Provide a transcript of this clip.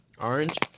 Orange